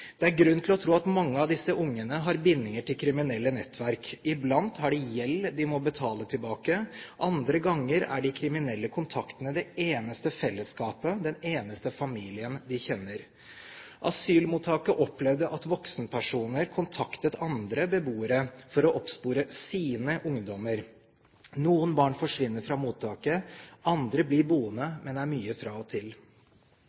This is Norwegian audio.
Det er grunn til å tro at mange av disse ungene har bindinger til kriminelle nettverk – i blant har de gjeld de må betale tilbake, andre ganger er de kriminelle kontaktene det eneste fellesskapet, den eneste familien de kjenner. Asylmottaket opplevde at voksenpersoner kontaktet andre beboere for å oppspore sine ungdommer. Noen barn forsvinner fra mottaket, andre blir